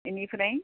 बिनिफ्राय